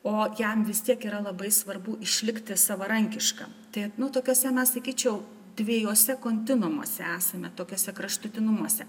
o jam vis tiek yra labai svarbu išlikti savarankiškam tai nu tokiose na sakyčiau dviejuose kontinuumuos esame tokiuose kraštutinumuose